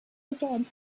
again